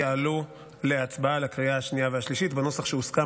יעלו להצבעה לקריאה השנייה והשלישית בנוסח שהוסכם